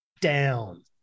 down